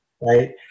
right